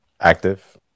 active